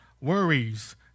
worries